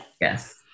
Yes